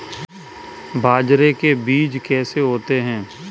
बाजरे के बीज कैसे होते हैं?